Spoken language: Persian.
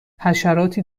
حشراتی